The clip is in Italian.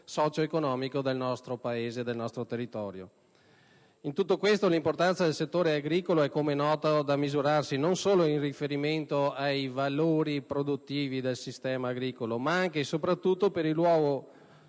socio-economico del nostro Paese e del nostro territorio. In tutto questo, l'importanza del settore agricolo è, come noto, da misurarsi non solo in riferimento ai suoi valori produttivi, ma anche e soprattutto per il ruolo